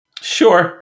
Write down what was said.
Sure